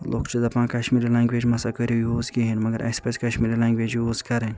لوٗکھ چھِ دَپان کشمیری لنٛگویج مَہ سا کٔرِو یوٗز کِہیٖنۍ مگر اسہِ پَزِ کشمیری لنٛگویج یوٗز کَرٕنۍ